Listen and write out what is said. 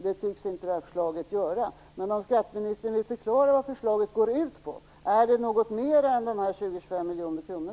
Det tycks man inte göra i det här förslaget. Kan skatteministern förklara vad förslaget går ut på? Är det något mer än dessa 20-25 miljoner kronor?